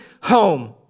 home